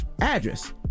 address